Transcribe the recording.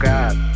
God